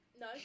no